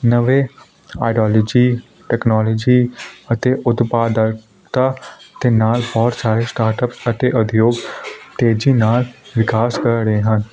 ਨਵੇ ideology technology ਅਤੇ ਉਤਪਾਦਕਾ ਅਤੇ ਨਾਲ ਬਹੁਤ ਸਾਰੇ ਸਟਾਰਟਅਪ ਅਤੇ ਉਦਯੋਗ ਤੇਜ਼ੀ ਨਾਲ ਵਿਕਾਸ ਕਰ ਰਹੇ ਹਨ